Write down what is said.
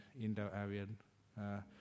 Indo-Aryan